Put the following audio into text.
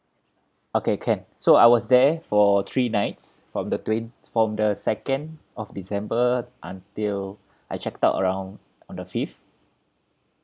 okay can so I was there for three nights from the twen~ from the second of december until I check out around on the fifth